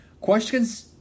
Questions